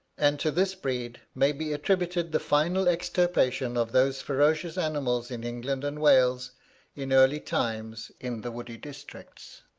and to this breed may be attributed the final extirpation of those ferocious animals in england and wales in early times in the woody districts.